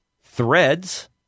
Threads